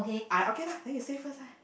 I okay lah then you say first lah